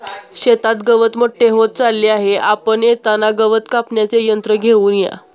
शेतात गवत मोठे होत चालले आहे, आपण येताना गवत कापण्याचे यंत्र घेऊन या